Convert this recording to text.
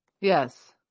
Yes